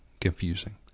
confusing